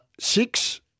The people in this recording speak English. Six